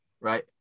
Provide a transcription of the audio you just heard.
right